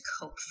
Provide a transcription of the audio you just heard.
cope